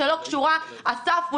שלא קשורה אסף,